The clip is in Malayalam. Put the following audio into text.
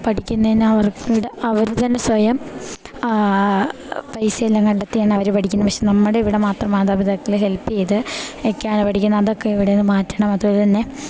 പഠിക്കിന്നയ്നവർടെ അവര്തന്നെ സ്വയം പൈസയെല്ലാം കണ്ടെത്തിയാണവര് പഠിക്കിന്ന് പക്ഷെ നമ്മടിവടെമാത്രം മാതാപിതാക്കള് ഹെൽപ്പെയ്ത് എക്ക്യാണ് പഠിക്കിന്ന് അതൊക്കെയിവടേന്ന് മാറ്റണം അതോലെന്നെ